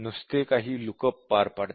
नुसते काही look up पार पाडते